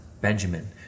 Benjamin